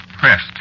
pressed